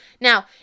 Now